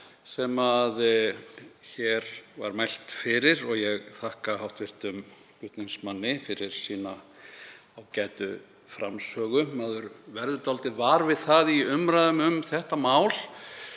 sem hér var mælt fyrir og ég þakka hv. flutningsmanni fyrir sína ágætu framsögu. Maður verður dálítið var við það í umræðum um þetta mál